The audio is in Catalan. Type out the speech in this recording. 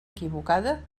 equivocada